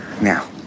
now